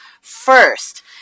first